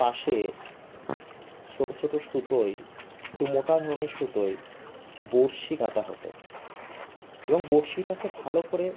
পাশে ছোট ছোট সুতোয় একটু মোটা ধরনের সুতোয় বড়শি গাঁথা হতো এবং বড়শিটাকে ভালো করে